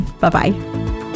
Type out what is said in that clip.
Bye-bye